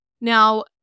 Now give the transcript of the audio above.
Now